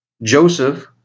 Joseph